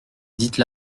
dites